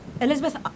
Elizabeth